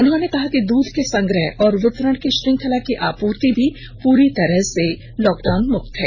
उन्होंने कहा कि दूध के संग्रह और वितरण की श्रंखला की आपूर्ति भी पूरी तरह र्स मुक्त है